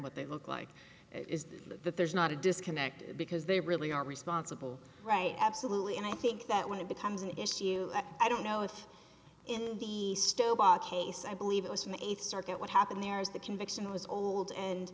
what they look like is that there's not a disconnect because they really are responsible right absolutely and i think that when it becomes an issue i don't know if in the stove case i believe it was from the eighth circuit what happened there is the conviction was old and